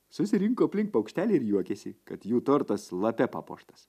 susirinko aplink paukšteliai ir juokiasi kad jų tortas lape papuoštas